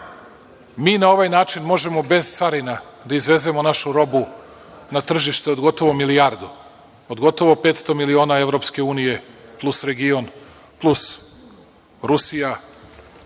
mi na ovaj način možemo bez carina da izvezemo našu robu na tržište od gotovo milijardu, od gotovo 500 miliona EU plus region, plus Rusija